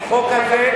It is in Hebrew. אני אגיד לך למה לא,